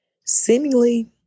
seemingly